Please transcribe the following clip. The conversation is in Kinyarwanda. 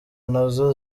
nazo